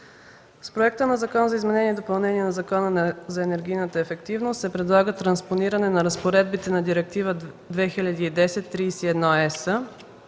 Със Законопроекта за изменение и допълнение на Закона за енергийната ефективност се предлага транспонирането на разпоредбите на Директива 2010/31/ЕС